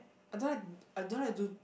I don't like I don't like to do